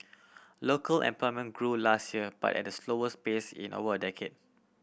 local employment grew last year but at the slowest pace in over a decade